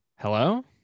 Hello